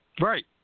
Right